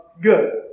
good